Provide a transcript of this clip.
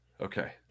Okay